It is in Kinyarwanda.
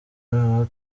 noneho